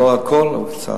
לא הכול, אבל קצת.